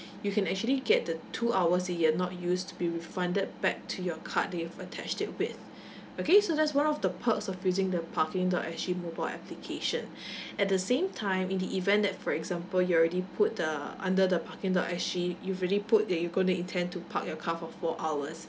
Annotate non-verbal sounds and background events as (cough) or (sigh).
you can actually get the two hours that you've not used to be refunded back to your card that you've attached it with okay so that's one of the perks of using the parking dot S_G mobile application (breath) at the same time in the event that for example you already put the under the parking dot S_G you've already put that you gonna intend to park your car for four hours